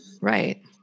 Right